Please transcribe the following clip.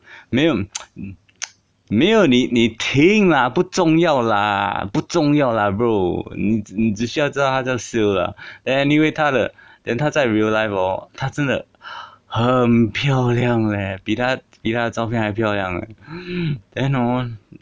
没有 没有你你听啦不重要啦不重要 lah bro 你你只需要知道她叫 syl lah eh anyway 她的 then 她在 real life hor 她真的很漂亮 leh 比她比她的照片还漂亮 leh then hor